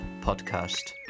podcast